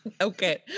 okay